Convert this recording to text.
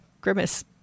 grimace